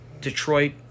Detroit